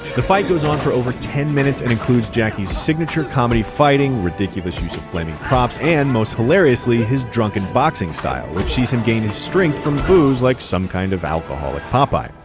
the fight goes on for over ten minutes, and includes jackie's signature comedy fighting, ridiculous use of flaming props, and most hilariously, his drunken boxing style. which sees him gaining strength from booze like some kind of alcoholic popeye.